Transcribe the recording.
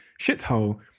shithole